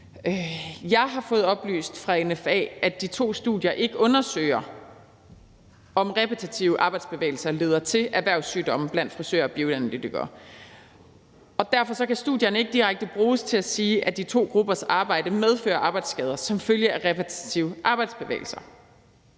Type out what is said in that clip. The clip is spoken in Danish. Jeg har fået oplyst fra NFA, at de to studier ikke undersøger, om repetitive arbejdsbevægelser leder til erhvervssygdomme blandt frisører og bioanalytikere, og derfor kan studierne ikke direkte bruges til at sige, at de to gruppers arbejde medfører arbejdsskader som følge af repetitive arbejdsbevægelser,